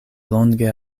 longe